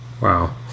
Wow